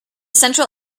central